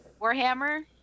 Warhammer